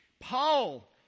Paul